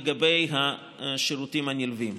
לגבי השירותים הנלווים,